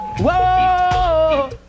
Whoa